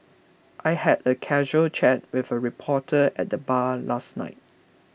I had a casual chat with a reporter at the bar last night